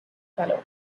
fellow